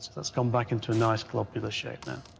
that's gone back into a nice, globular shape now.